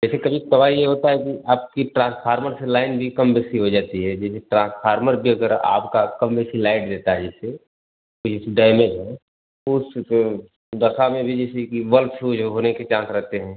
जैसे कभी कभार ये होता है कि आपकी ट्रांसफार्मर फिर लाइन भी कम बेसी हो जाती है जैसे ट्रांसफार्मर भी अगर आपका कम बेसी लाइट देता है जैसे कि जैसे डैमेज हो तो उस दशा में भी जैसे कि बल्ब फ्यूज होने के चांस रहते हैं